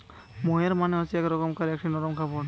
মোহের মানে হচ্ছে এক রকমকার একটি নরম কাপড়